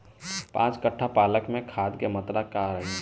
पाँच कट्ठा पालक में खाद के मात्रा का रही?